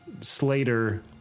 Slater